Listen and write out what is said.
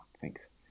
thanks